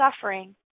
suffering